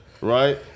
Right